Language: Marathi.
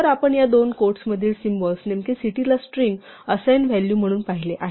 तर आपण या दोन क्वोट्स मधील सिम्बॉल्स नेमके सिटीला स्ट्रिंग असाइन व्हॅलू म्हणून पाहिले आहेत